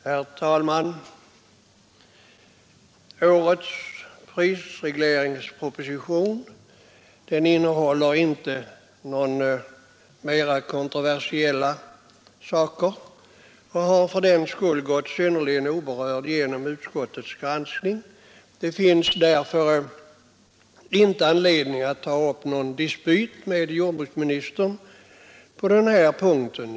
Herr talman! Årets prisregleringsproposition innehåller inte några mera kontroversiella saker och har därför gått synnerligen orörd genom utskottets granskning. Det finns därför inte anledning att ta upp någon dispyt med jordbruksministern på denna punkt.